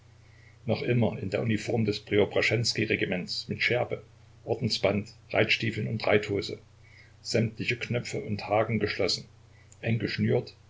noch immer in der uniform des preobraschenskij regiments mit schärpe ordensband reitstiefeln und reithose sämtliche knöpfe und haken geschlossen eng